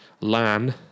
Lan